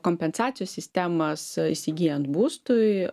kompensacijos sistemas įsigyjant būstui